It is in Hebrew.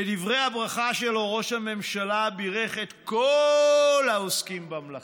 בדברי הברכה שלו ראש הממשלה בירך את כל העוסקים במלאכה,